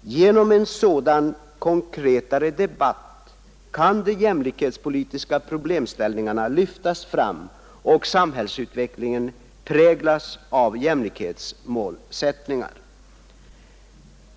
Genom en sådan konkretare debatt kan de jämlikhetspolitiska problemställningarna lyftas fram och samhällsutvecklingen präglas av jämlikhetsmålsättningar.